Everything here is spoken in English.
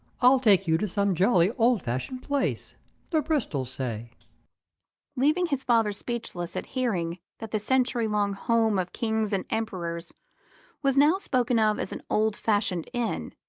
i'll take you to some jolly old-fashioned place the bristol say leaving his father speechless at hearing that the century-long home of kings and emperors was now spoken of as an old-fashioned inn,